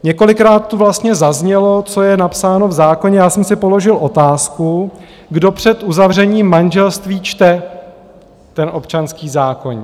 Několikrát tu vlastně zaznělo, co je napsáno v zákoně, a já jsem si položil otázku, kdo před uzavřením manželství čte ten občanský zákoník?